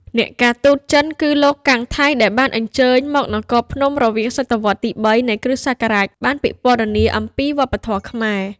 អ្នកការទូតចិន គឺលោក កាំង ថៃ ដែលបានអញ្ជើញមកនគរភ្នំរវាងសតវត្សរ៍ទី៣ នៃគ្រិស្តសករាជ បានពិពណ៌នាអំពីវប្បធម៌ខ្មែរ។